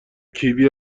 کیوی